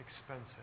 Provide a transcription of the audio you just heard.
expensive